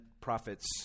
prophets